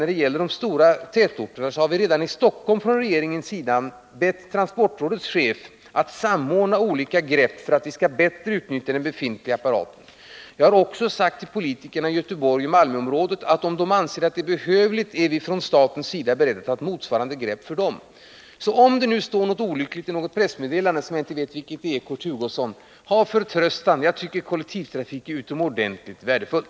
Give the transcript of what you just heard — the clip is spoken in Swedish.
När det gäller de stora tätorterna har vi från regeringens sida bett transportrådets chef att för Stockholm samordna olika grepp för att vi bättre skall kunna utnyttja den befintliga apparaten. Till politikerna i Göteborgsoch Malmöområdet har jag sagt att vi från statens sida är beredda att ta motsvarande grepp för dem, om de anser det behövligt. Så om det nu står något olyckligt i något pressmeddelande — jag vet alltså inte i vilket — kan jag bara uppmana Kurt Hugosson: Ha förtröstan! Jag tycker kollektivtrafiken är utomordentligt värdefull.